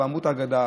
ואמרו את ההגדה,